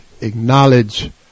acknowledge